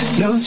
no